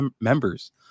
members